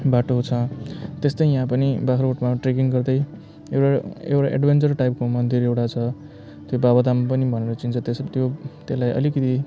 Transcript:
बाटो छ त्यस्तै यहाँ पनि बाग्रागोटमा ट्रेकिङ गर्दै एउटा एउटा एडभेन्चर टाइपको मन्दिर एउटा छ त्यो बाबा धाम पनि भनेर पनि चिन्छ त्यो त्यसलाई अलिकति